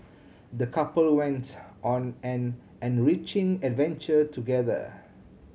the couple went on an enriching adventure together